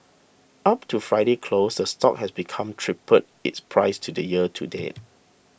up to Friday's close the stock has become tripled its price to the year to date